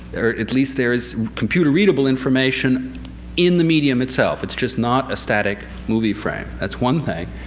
or at least there is computer-readable information in the medium itself. it's just not a static movie frame. that's one thing.